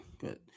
Good